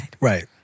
Right